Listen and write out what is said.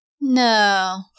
No